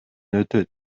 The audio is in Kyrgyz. өтөт